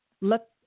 let